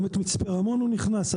גם מצפה רמון לא נכנס.